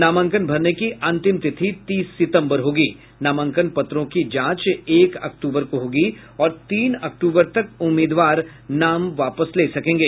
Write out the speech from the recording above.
नामांकन भरने की अंतिम तिथि तीस सितम्बर होगी नामांकन पत्रों की जांच एक अक्टूबर को होगी और तीन अक्टूबर तक उम्मीदवार नाम वापस ले सकेंगे